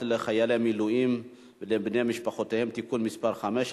לחיילי מילואים ולבני משפחותיהם (תיקון מס' 5),